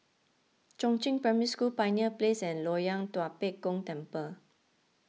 Chongzheng Primary School Pioneer Place and Loyang Tua Pek Kong Temple